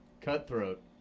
Cutthroat